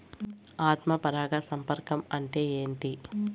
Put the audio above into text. ఆత్మ పరాగ సంపర్కం అంటే ఏంటి?